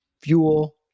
fuel